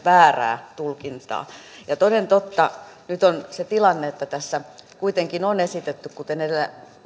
väärää tulkintaa toden totta nyt on se tilanne että tässä kuitenkin on esitetty kuten edellä